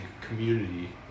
community